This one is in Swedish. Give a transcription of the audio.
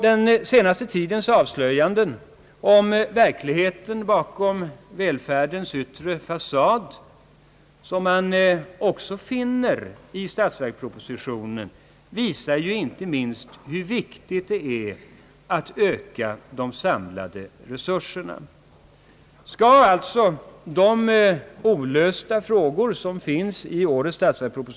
Den senaste tidens avslöjanden — man finner dem också i statsverkspropositionen — om verkligheten bakom välfärdsstatens yttre fasad visar inte minst hur viktigt det är att vi kan öka de samlade resurserna.